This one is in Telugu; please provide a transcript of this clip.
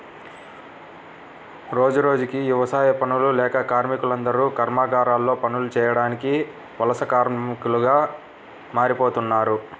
రోజురోజుకీ యవసాయ పనులు లేక కార్మికులందరూ కర్మాగారాల్లో పనులు చేయడానికి వలస కార్మికులుగా మారిపోతన్నారు